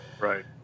Right